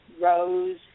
rose